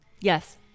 Yes